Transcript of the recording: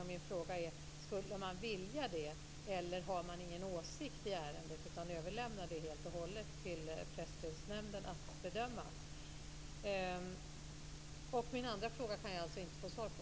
Min fråga är om man skulle vilja det eller om man inte har någon åsikt i ärendet utan helt och hållet överlämnar till Presstödsnämnden att bedöma detta. Min andra fråga kan jag alltså inte få svar på.